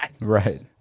Right